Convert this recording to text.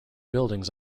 buildings